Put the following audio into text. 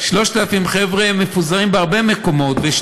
3,000 חבר'ה מפוזרים בהרבה מקומות, ויש